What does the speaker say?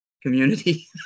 community